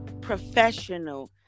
professional